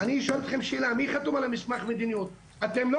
אני אשאל אתכם שאלה, מי חתום על מסמך המדיניות?